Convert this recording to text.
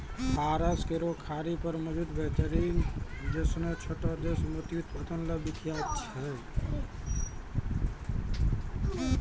फारस केरो खाड़ी पर मौजूद बहरीन जैसनो छोटो देश मोती उत्पादन ल विख्यात छै